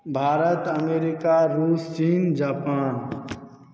Bharat America रुस चीन Japan